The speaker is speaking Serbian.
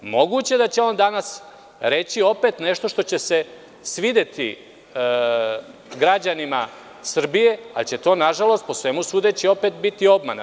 Moguće da će on danas reći opet nešto što će se svideti građanima Srbije, ali će to, nažalost, po svemu sudeći, opet biti obmana.